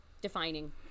defining